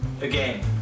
again